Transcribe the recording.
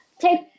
take